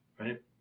right